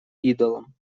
идолам